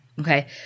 Okay